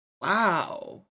Wow